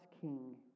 king